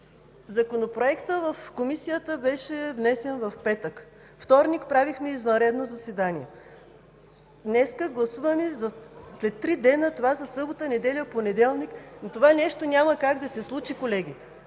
Законопроектът в Комисията беше внесен в петък, във вторник правихме извънредно заседание, днес гласуваме след три дни, това са събота, неделя, понеделник, но това нещо няма как да се случи, колеги.